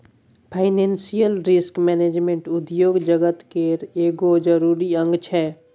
financial risk management उद्योग जगत केर एगो जरूरी अंग छै